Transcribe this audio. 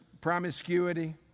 promiscuity